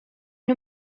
nhw